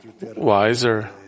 wiser